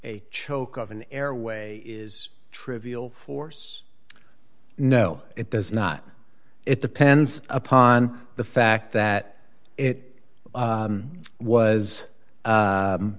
a choke of an airway is trivial force no it does not it depends upon the fact that it was